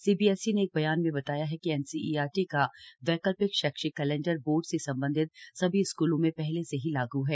CBSE ने एक बयान में बताया है कि एनसीईआरटी का वैकल्पिक शैक्षिक कैलेंडर बोर्ड से संबद्ध सभी स्कूलो में पहले से ही लागू है